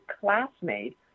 classmate